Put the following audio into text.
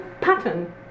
pattern